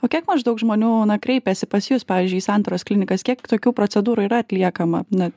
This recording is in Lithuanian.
o kiek maždaug žmonių na kreipiasi pas jus pavyzdžiui į santaros klinikas kiek tokių procedūrų yra atliekama na